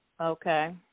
Okay